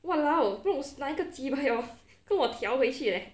!walao! 不懂哪一个 cheebye hor 跟我调回去 leh